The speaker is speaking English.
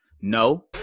No